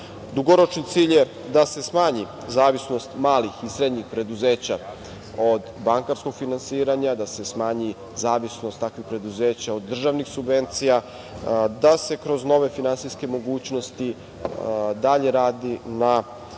cilj je da se smanji zavisnost malih i srednjih preduzeća od bankarskog finansiranja, da se smanji zavisnost takvih preduzeća od državnih subvencija, da se kroz nove finansijske mogućnosti dalje radi na